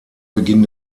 beginn